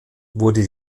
wurde